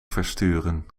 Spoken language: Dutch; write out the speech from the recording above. versturen